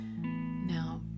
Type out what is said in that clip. Now